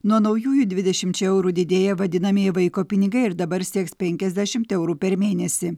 nuo naujųjų dvidešimčia eurų didėja vadinamieji vaiko pinigai ir dabar sieks penkiasdešimt eurų per mėnesį